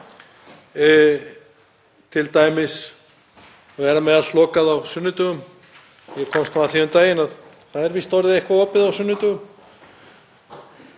t.d. að vera með allt lokað á sunnudögum. Ég komst að því um daginn að það er víst eitthvað opið á sunnudögum